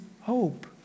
hope